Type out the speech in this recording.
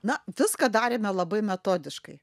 na viską darėme labai metodiškai